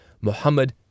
Muhammad